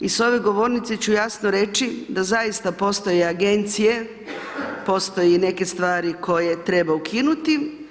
I s ove govornice ću jasno reći, da zaista postoje agencije, postoje neke stvari koje treba ukinuti.